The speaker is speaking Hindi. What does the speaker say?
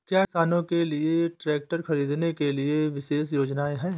क्या किसानों के लिए ट्रैक्टर खरीदने के लिए विशेष योजनाएं हैं?